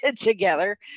together